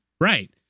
right